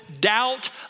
doubt